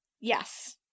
Yes